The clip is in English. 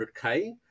100k